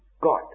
God